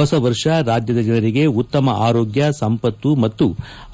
ಹೊಸ ವರ್ಷ ರಾಜ್ಯದ ಜನರಿಗೆ ಉತ್ತಮ ಆರೋಗ್ಯ ಸಂಪತ್ತು ಮತ್ತು